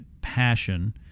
passion